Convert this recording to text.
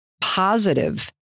positive